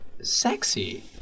sexy